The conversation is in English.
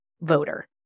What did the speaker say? voter